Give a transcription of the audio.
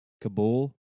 Kabul